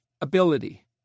ability